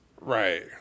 Right